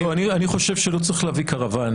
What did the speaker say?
--- אני חושב שלא צריך להביא קרוואנים.